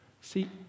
See